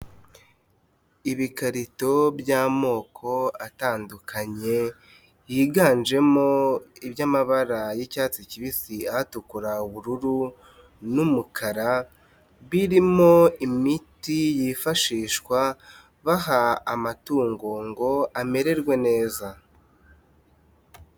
Ibikarito by'amoko atandukanye, yiganjemo iby'amabara y'icyatsi kibisi, atukura, ubururu n'umukara, birimo imiti yifashishwa, baha amatungo ngo amererwe neza.